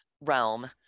realm